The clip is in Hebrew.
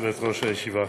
יושבת-ראש הישיבה